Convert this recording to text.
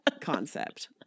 concept